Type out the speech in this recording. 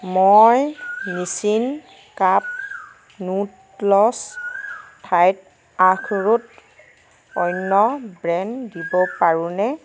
মই নিছিন কাপ নুডলছৰ ঠাইত আখৰোটৰ অন্য ব্ৰেণ্ড দিব পাৰোঁনে